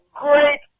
great